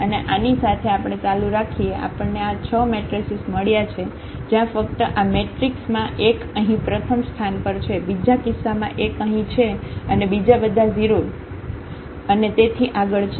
અને આની સાથે આપણે ચાલુ રાખીએ આપણને આ 6 મેટ્રેસીસ મળ્યા છે જ્યાં ફક્ત આ મેટ્રિક્સ માં 1 અહીં પ્રથમ સ્થાન પર છે બીજા કિસ્સામાં 1 અહીં છે અને બીજા બધા 0 અને તેથી આગળ છે